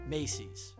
Macy's